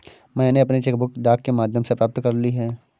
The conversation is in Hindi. मैनें अपनी चेक बुक डाक के माध्यम से प्राप्त कर ली है